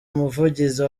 umuvugizi